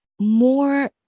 more